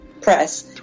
press